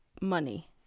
money